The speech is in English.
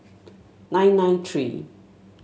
nine nine three